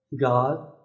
God